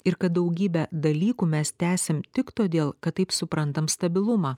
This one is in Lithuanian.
ir kad daugybę dalykų mes tęsiam tik todėl kad taip suprantam stabilumą